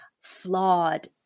flawed